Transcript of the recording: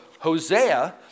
Hosea